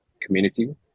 community